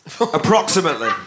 Approximately